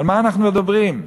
על מה אנחנו מדברים?